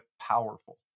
powerful